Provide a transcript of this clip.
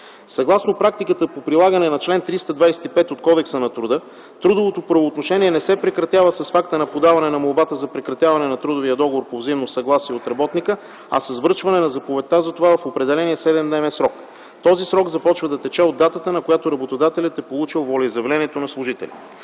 Съгласно практиката по прилагане на чл. 325 от Кодекса на труда трудовото правоотношение не се прекратява с факта на подаване на молбата за прекратяване на трудовия договор по взаимно съгласие от работника, а с връчване на заповедта за това в определения 7-дневен срок. Този срок започва да тече от датата, на която работодателят е получил волеизявлението на служителя.